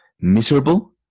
miserable